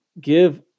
Give